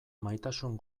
maitasun